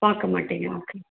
பார்க்கமாட்டிங்களா okay